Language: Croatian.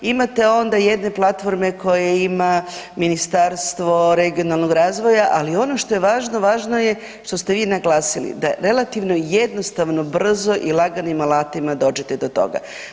Imate onda jedne platforme koja ima Ministarstvo regionalnog razvoja ali ono što je važno, važno što ste vi naglasili, da je relativno jednostavno brzo i laganim alatima dođete do toga.